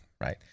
Right